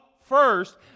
first